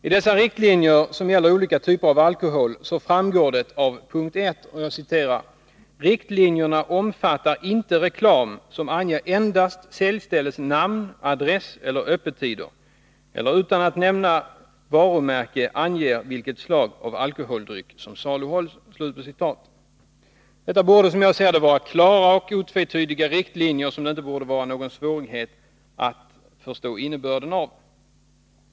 I dessa riktlinjer, som gäller marknadsföring av olika typer av alkohol, framgår det av punkt 1: ”Riktlinjerna omfattar inte reklam som anger endast säljställes namn, adress eller öppettider eller, utan att nämna varumärke, anger vilket slag av alkoholdryck som saluhålls.” Detta borde, som jag ser det, vara klara och otvetydiga riktlinjer, som det inte borde vara någon svårighet att förstå innebörden av.